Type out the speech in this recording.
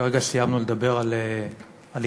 כרגע סיימנו לדבר על איראן,